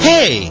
Hey